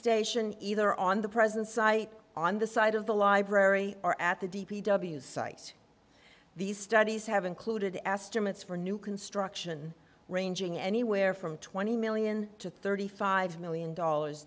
station either on the present site on the site of the library or at the d p w site these studies have included estimates for new construction ranging anywhere from twenty million to thirty five million dollars